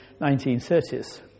1930s